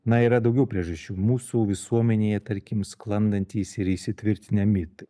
na yra daugiau priežasčių mūsų visuomenėje tarkim sklandantys ir įsitvirtinę mitai